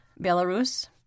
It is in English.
Belarus